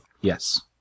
Yes